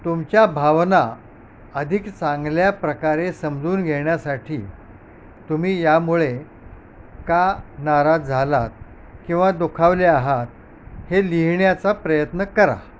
तुमच्या भावना अधिक चांगल्या प्रकारे समजून घेण्यासाठी तुम्ही यामुळे का नाराज झाला आहात किंवा दुखावले आहात हे लिहिण्याचा प्रयत्न करा